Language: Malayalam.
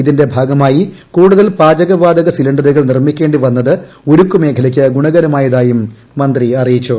ഇതിന്റെ ഭാഗമായി കൂടുത്രി പാചകവാതക സിലിണ്ടറുകൾ നിർമിക്കേണ്ടി വന്നത് ഉരുക്ക് മേഖലയ്ക്ക് ഗുണകരമായതായും മന്ത്രി അറിയിച്ചു